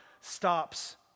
stops